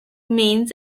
mainz